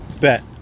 Bet